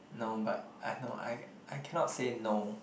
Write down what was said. no but I have no I I cannot say no